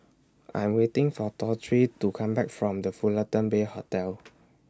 I Am waiting For Torie to Come Back from The Fullerton Bay Hotel